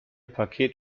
paket